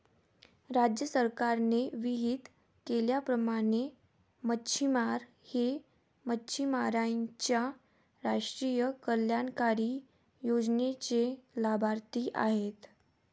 राज्य सरकारने विहित केल्याप्रमाणे मच्छिमार हे मच्छिमारांच्या राष्ट्रीय कल्याणकारी योजनेचे लाभार्थी आहेत